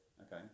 Okay